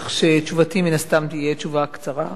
כך שתשובתי מן הסתם תהיה תשובה קצרה.